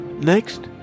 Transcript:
Next